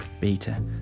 beta